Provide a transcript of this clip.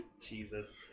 Jesus